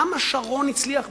למה שרון הצליח ב-2002,